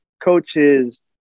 coaches